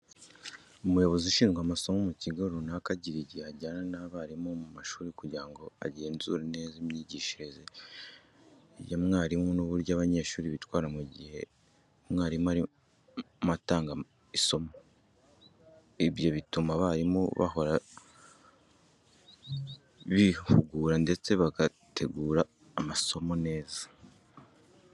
Umuyobozi ushinzwe amasomo mu kigo runaka agira igihe ajyana n'abarimu mu mashuri kugira ngo agenzure neza imyigishirize ya mwarimu n'uburyo abanyeshuri bitwara mu gihe umwarimu arimo atanga isomo. Ibyo bituma abarimu bahora bihugura ndetse bagategura n'amasomo neza.